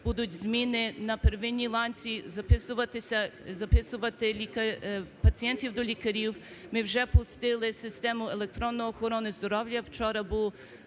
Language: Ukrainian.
будуть зміни на первинній ланці. Записувати пацієнтів до лікарів, ми вже пустили систему електронної охорони здоров'я, вчора була